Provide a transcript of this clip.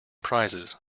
prizes